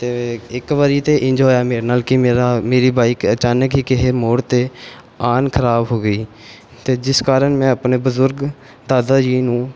ਅਤੇ ਇੱਕ ਵਾਰੀ ਤਾਂ ਇੰਝ ਹੋਇਆ ਮੇਰੇ ਨਾਲ ਕਿ ਮੇਰਾ ਮੇਰੀ ਬਾਈਕ ਅਚਾਨਕ ਹੀ ਕਿਸੇ ਮੋੜ 'ਤੇ ਆਣ ਖਰਾਬ ਹੋ ਗਈ ਅਤੇ ਜਿਸ ਕਾਰਨ ਮੈਂ ਆਪਣੇ ਬਜ਼ੁਰਗ ਦਾਦਾ ਜੀ ਨੂੰ